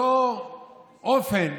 אופן,